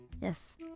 Yes